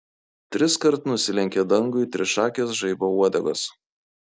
triskart nusilenkė dangui trišakės žaibo uodegos